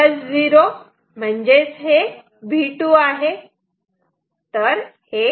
तर हे V2 आहे